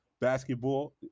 basketball